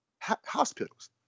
hospitals